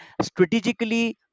strategically